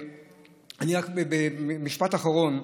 משפט אחרון: